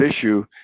issue